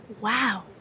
wow